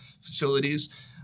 facilities